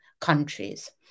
countries